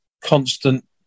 constant